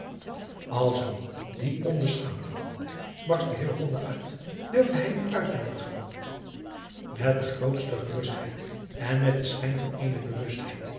ie onschaamde barstte uit durfde hij u uitnoodigen et de grootste gerustheid en met den schijn van eene